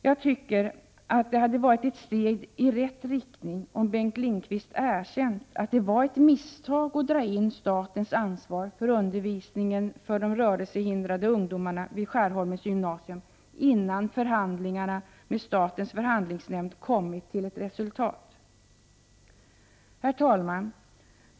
Jag tycker att det hade varit ett steg i rätt riktning om Bengt Lindqvist erkänt att det var ett misstag att dra tillbaka statens ansvar för undervisningen för de rörelsehindrade ungdomarna vid Skärholmens gymnasium innan förhandlingarna med statens förhandlingsnämnd givit resultat. Herr talman!